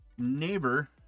neighbor